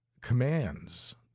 commands